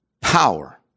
Power